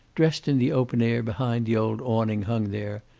dressed in the open air behind the old awning hung there,